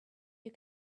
you